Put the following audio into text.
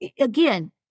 again